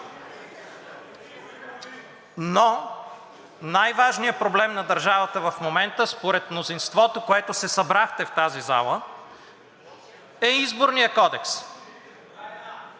но най-важният проблем на държавата в момента, според мнозинството, което се събрахте в тази зала, е Изборният кодекс.